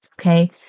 okay